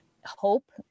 hope